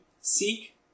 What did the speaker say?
seek